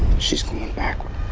she's going backward.